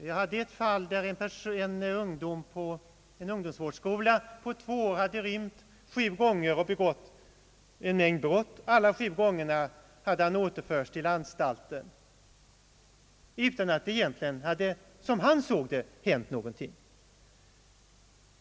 Vi hade ett fall, där en ungdom på en ungdomsvårdsskola under två år hade rymt sju gånger och begått en mängd brott. Alla sju gångerna hade han återförts till anstalten, utan att det egentligen hade hänt någonting — som han såg det.